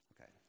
Okay